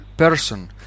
person